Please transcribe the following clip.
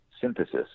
synthesis